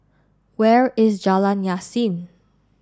where is Jalan Yasin